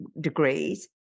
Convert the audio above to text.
degrees